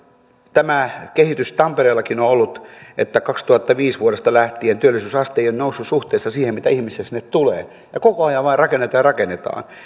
tämä kehitys tampereellakin on ollut että vuodesta kaksituhattaviisi lähtien työllisyysaste ei ole noussut suhteessa siihen mitä ihmisiä sinne tulee ja koko ajan vain rakennetaan ja rakennetaan